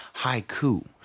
haiku